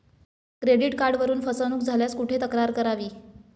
Credit कार्डवरून फसवणूक झाल्यास कुठे तक्रार करावी?